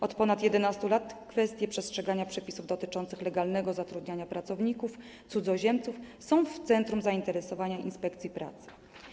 Od ponad 11 lat kwestie przestrzegania przepisów dotyczących legalnego zatrudniania pracowników cudzoziemców są w centrum zainteresowania inspekcji pracy.